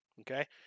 okay